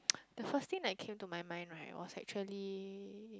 the first thing that came to my mind right was actually